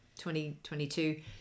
2022